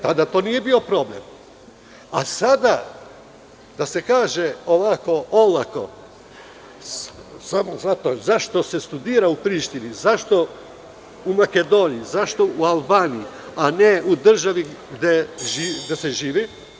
Tada to nije bio problem, a sada da se kaže ovako olako, zašto se studira u Prištini, zašto u Makedoniji, zašto u Albaniji, a ne u državi gde se živi.